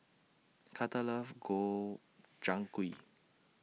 Carter loves Gobchang Gui